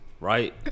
right